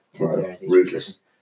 Ruthless